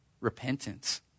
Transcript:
repentance